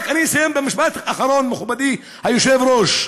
רק אסיים במשפט אחרון, מכובדי היושב-ראש.